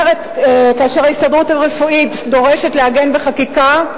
כאשר ההסתדרות הרפואית דורשת לעגן בחקיקה,